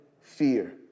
fear